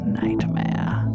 nightmare